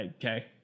okay